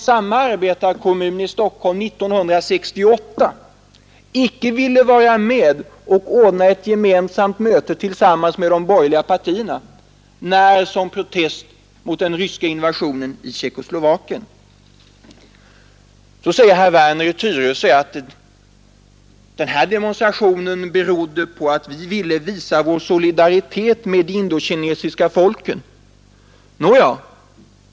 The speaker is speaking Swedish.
Samma arbetarkommun i Stockholm ville år 1968 icke vara med om ett gemensamt möte med de borgerliga partierna som protest mot den ryska invasionen i Tjeckoslovakien. Herr Werner i Tyresö säger att den här gemensamma Vietnamdemonstrationen berodde på att man ville visa sin solidaritet med de indokinesiska folken.